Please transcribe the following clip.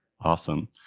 Awesome